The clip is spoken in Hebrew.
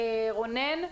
רונן,